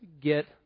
get